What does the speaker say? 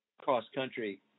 cross-country